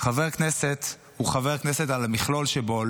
חבר הכנסת הוא חבר כנסת על המכלול שבו,